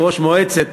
ליושב-ראש מועצת